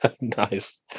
nice